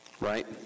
Right